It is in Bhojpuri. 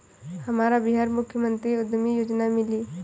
हमरा बिहार मुख्यमंत्री उद्यमी योजना मिली?